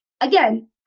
Again